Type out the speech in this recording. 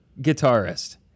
guitarist